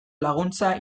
laguntza